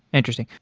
interesting.